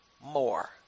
more